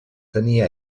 tenir